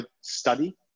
study